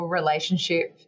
relationship